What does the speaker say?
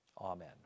Amen